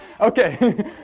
Okay